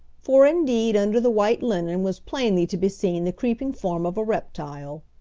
for indeed under the white linen was plainly to be seen the creeping form of a reptile.